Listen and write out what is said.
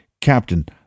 Captain